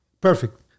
Perfect